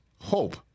hope